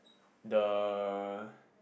the